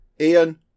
Ian